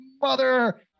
mother